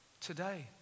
today